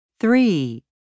Three